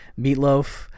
Meatloaf